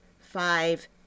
five